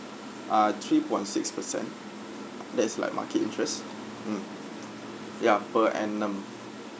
ah three point six percent that is like market interest mm ya per annum